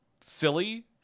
silly